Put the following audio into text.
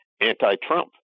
anti-Trump